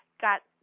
got